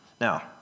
Now